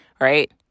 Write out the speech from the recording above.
Right